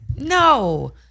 No